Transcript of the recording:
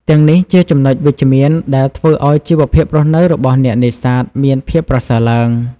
ទាំងនេះជាចំណុចវិជ្ជមានដែលធ្វើឱ្យជីវភាពរស់នៅរបស់អ្នកនេសាទមានភាពប្រសើរឡើង។